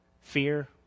fear